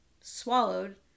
swallowed